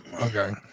okay